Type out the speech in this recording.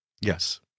Yes